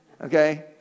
Okay